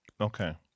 okay